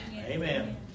Amen